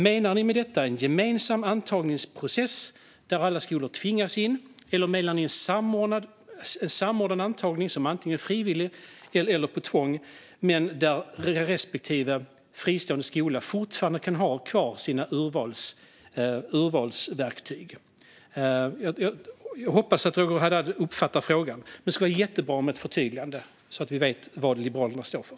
Menar ni med detta en gemensam antagningsprocess där alla skolor tvingas in, eller menar ni en samordnad antagning som är antingen frivillig eller med tvång men där respektive fristående skola fortfarande kan ha kvar sina urvalsverktyg? Jag hoppas att Roger Haddad uppfattar frågan. Det skulle vara jättebra med ett förtydligande så att vi vet vad Liberalerna står för.